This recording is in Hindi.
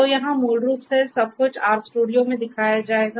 तो यहाँ मूल रूप से सब कुछ RStudio में दिखाया जाएगा